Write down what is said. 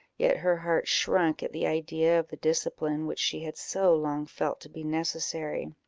yet her heart shrunk at the idea of the discipline which she had so long felt to be necessary.